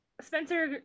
Spencer